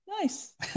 Nice